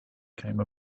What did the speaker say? came